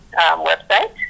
website